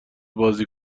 بازی